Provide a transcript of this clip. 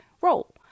role